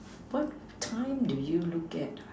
what kind do you look at ah